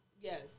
Yes